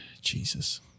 Jesus